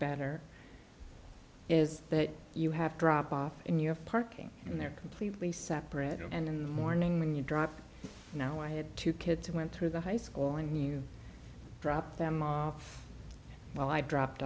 better is that you have drop off in your parking and they're completely separate and in the morning when you drive now i had two kids who went through the high school and you drop them off well i've dropped